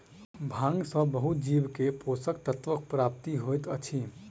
भांग सॅ बहुत जीव के पोषक तत्वक प्राप्ति होइत अछि